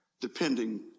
depending